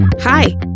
hi